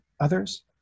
others